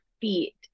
feet